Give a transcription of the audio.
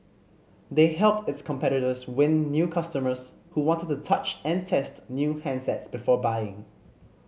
they helped its competitors win new customers who wanted to touch and test new handsets before buying